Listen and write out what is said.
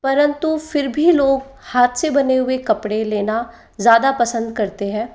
परन्तु फिर भी लोग हाथ से बने हुए कपड़े लेना ज़्यादा पसंद करते हैं